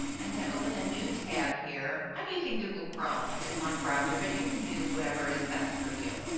i'm going to open a new tab here. i'm using google chrome as my browser but you can use whatever is best for you.